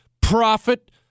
profit